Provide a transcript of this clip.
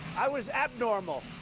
i was abnormal.